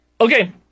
Okay